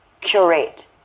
curate